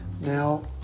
now